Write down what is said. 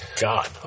God